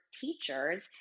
teachers